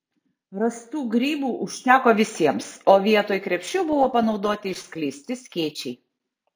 rastų grybų užteko visiems o vietoj krepšių buvo panaudoti išskleisti skėčiai